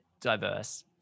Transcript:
diverse